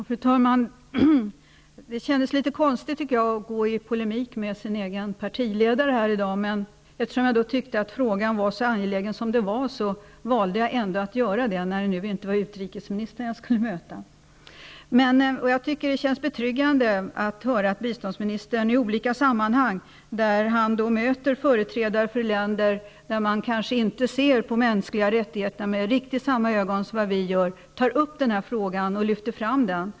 Fru talman! Det känns litet konstigt att gå i polemik med sin egen partiledare här i dag, men eftersom jag tycker att frågan är mycket angelägen valde jag ändå att göra det, när det inte var utrikesministern som jag skulle möta. Det känns betryggande att höra att biståndsministern i olika sammanhang, vid de tillfällen då han möter företrädare för länder i vilka de mänskliga rättigheterna kanske inte ses med samma ögon som här i Sverige, tar upp denna fråga och lyfter fram den.